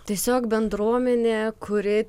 tiesiog bendruomenė kuri